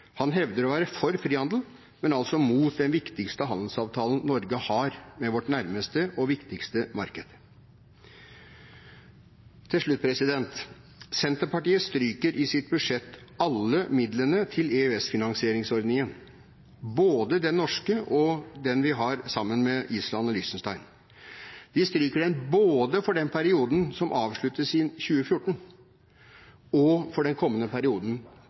Han hevder å være for frihandel, men altså imot den viktigste handelsavtalen Norge har med vårt nærmeste og viktigste marked. Senterpartiet stryker i sitt budsjett alle midlene til EØS-finansieringsordningene, både den norske og den vi har sammen med Island og Liechtenstein. De stryker den både for den perioden som avsluttes i 2014, og for den kommende perioden